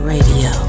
Radio